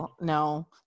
No